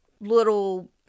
little